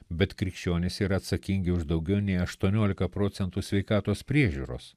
bet krikščionys yra atsakingi už daugiau nei aštuoniolika procentų sveikatos priežiūros